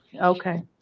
Okay